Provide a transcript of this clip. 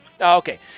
Okay